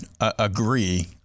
agree